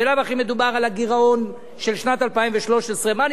בלאו הכי מדובר על הגירעון של שנת 2013. מה אני